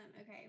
Okay